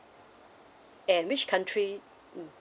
and which country mm